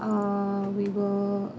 err we will